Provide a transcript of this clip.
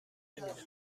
نمیده